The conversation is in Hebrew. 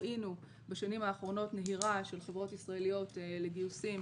ראינו בשנים האחרונות נהירה של חברות ישראליות לגיוסים